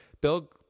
Bill